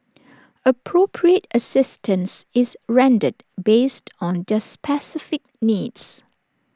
appropriate assistance is rendered based on their specific needs